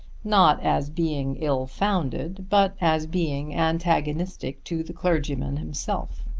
not as being ill-founded but as being antagonistic to the clergyman himself.